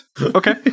Okay